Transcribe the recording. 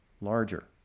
larger